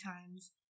times